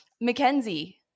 Mackenzie